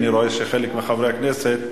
אני רואה שחלק מחברי הכנסת,